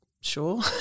Sure